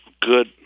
good